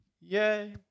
Yay